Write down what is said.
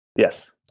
Yes